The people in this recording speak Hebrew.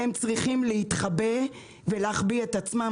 הם צריכים להתחבא ולהחביא את עצמם.